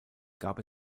gab